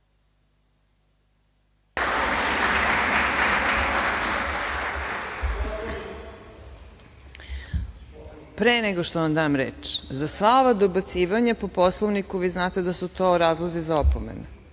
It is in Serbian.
Pre nego što vam dam reč, za sva ova dobacivanja, po Poslovniku, vi znate da su to razlozi za opomenu,